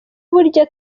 burya